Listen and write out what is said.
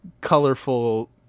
colorful